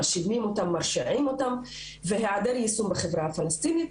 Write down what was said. מאשימים אותם ומרשיעים אותם והיעדר יישום בחברה הפלשתינאית